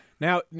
Now